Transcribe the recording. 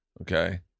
Okay